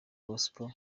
gospel